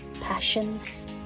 passions